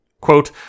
Quote